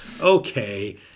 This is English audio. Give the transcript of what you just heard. okay